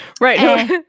Right